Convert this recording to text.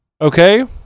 Okay